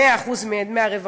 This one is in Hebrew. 100% דמי הרווחה.